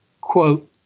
quote